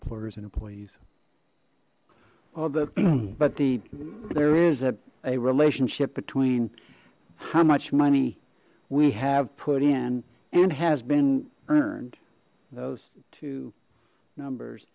employers and employees well the but the there is a a relationship between how much money we have put in and has been earned those two numbers